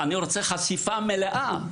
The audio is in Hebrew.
אני רוצה חשיפה מלאה.